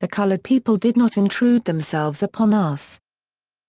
the colored people did not intrude themselves upon us